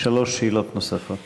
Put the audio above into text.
שלוש שאלות נוספות.